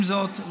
עם זאת,